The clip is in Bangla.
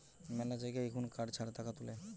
মেলা জায়গায় এখুন কার্ড ছাড়া টাকা তুলে